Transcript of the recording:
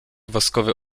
woskowy